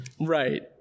Right